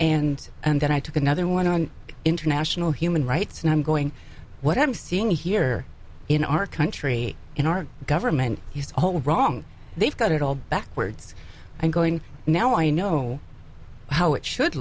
e and then i took another one on international human rights and i'm going what i'm seeing here in our country in our government use all wrong they've got it all backwards i'm going now i know how it should